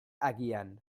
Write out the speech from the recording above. agian